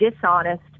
dishonest